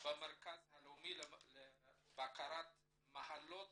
במרכז הלאומי לבקרת מחלות